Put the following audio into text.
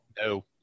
no